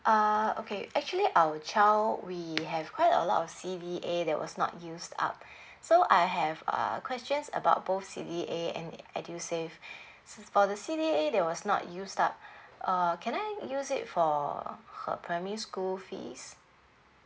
uh okay actually our child we have quite a lot of C_D_A that was not used up so I have uh questions about both C_D_A and edusave for C_D_A there was not used up uh can I use it for her primary school fees